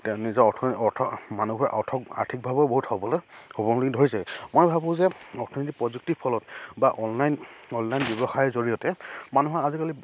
নিজৰ অৰ্থনীতি অৰ্থ মানুহৰ অৰ্থক আৰ্থিকভাৱেও বহুত সবল হ'বলৈ হ'বলগীয়া ধৰিছে মই ভাবোঁ যে অৰ্থনৈতিক প্ৰযুক্তিৰ ফলত বা অনলাইন অনলাইন ব্যৱসায়ৰ জৰিয়তে মানুহে আজিকালি